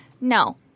No